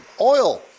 oil